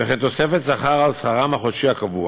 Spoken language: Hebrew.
וכן תוספת שכר על שכרם החודשי הקבוע